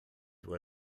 where